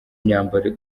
imyambaro